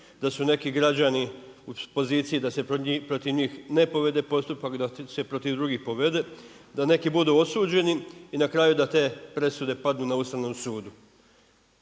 da su neki građani u poziciji da se protiv njih ne povede postupak, da se protiv drugi povede, da neki budu osuđeni, i na kraju da te presude padnu na Ustavnom sudu.